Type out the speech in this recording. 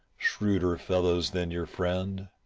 shrewder fellows than your friend.